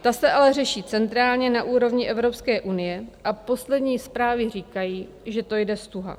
Ta se ale řeší centrálně na úrovni Evropské unie a poslední zprávy říkají, že to jde ztuha.